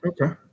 Okay